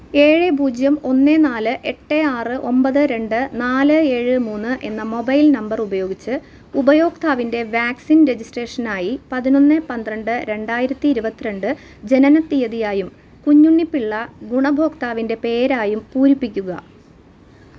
ഏഴ് പൂജ്യം ഒന്ന് നാല് എട്ട് ആറ് ഒമ്പത് രണ്ട് നാല് ഏഴ് മൂന്ന് എന്ന മൊബൈൽ നമ്പർ ഉപയോഗിച്ച് ഉപയോക്താവിന്റെ വാക്സിൻ രജിസ്ട്രേഷനായി പതിനൊന്ന് പത്രണ്ട് രണ്ടായിരത്തി ഇരുപത്തിരണ്ട് ജനന തീയതിയായും കുഞ്ഞുണ്ണിപ്പിള്ള ഗുണഭോക്താവിന്റെ പേരായും പൂരിപ്പിക്കുക